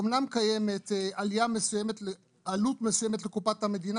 אמנם קיימת עלות מסוימת לקופת המדינה